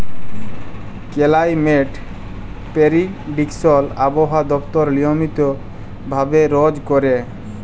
climate prediction আবহাওয়া দপ্তর নিয়মিত ভাবে রজ ক্যরে